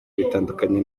bitandukanye